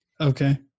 Okay